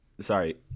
Sorry